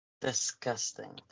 Disgusting